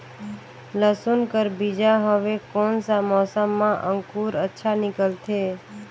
लसुन कर बीजा हवे कोन सा मौसम मां अंकुर अच्छा निकलथे?